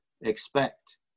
expect